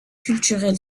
culturel